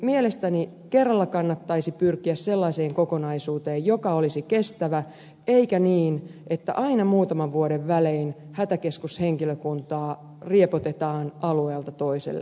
mielestäni kannattaisi kerralla pyrkiä sellaiseen kokonaisuuteen joka olisi kestävä eikä niin että aina muutaman vuoden välein hätäkeskushenkilökuntaa riepotetaan alueelta toiselle